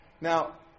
Now